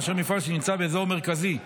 מאשר מפעל שנמצא באזור מרכזי.